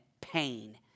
pain